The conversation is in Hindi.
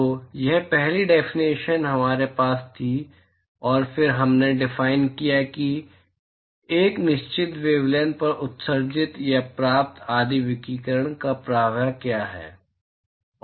तो यह पहली डेफिनेशन हमारे पास थी और फिर हमने डिफाइन किया कि एक निश्चित वेवलैंथ पर उत्सर्जित या प्राप्त आदि विकिरण का प्रवाह क्या है